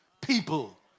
people